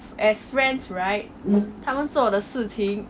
as friends right 他们做的事情